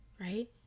right